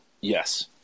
Yes